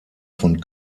von